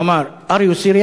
הוא אמר: Are you serious?.